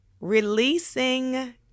releasing